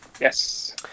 Yes